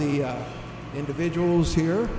the individuals here